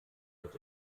wird